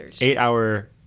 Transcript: eight-hour